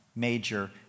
Major